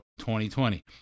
2020